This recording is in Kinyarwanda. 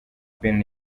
bin